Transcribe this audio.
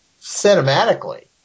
cinematically